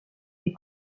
des